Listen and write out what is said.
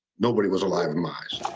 nobody was alive in